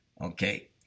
Okay